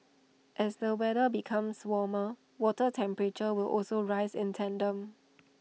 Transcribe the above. as the weather becomes warmer water temperatures will also rise in tandem